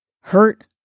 hurt